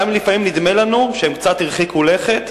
גם אם לפעמים נדמה לנו שהם קצת הרחיקו לכת.